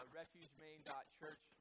refugemain.church